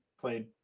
played